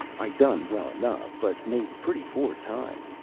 i done well enough, but made pretty poor time.